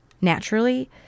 Naturally